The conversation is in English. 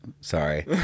sorry